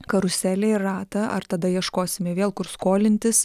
karuselę ir ratą ar tada ieškosime vėl kur skolintis